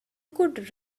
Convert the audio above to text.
could